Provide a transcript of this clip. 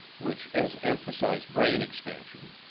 which has emphasized brain expansion,